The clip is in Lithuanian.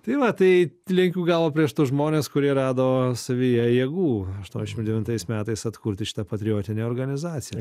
tai va tai lenkiu galvą prieš tuos žmones kurie rado savyje jėgų aštuoniasdešimt devintais metais atkurti šitą patriotinę organizaciją